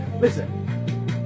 Listen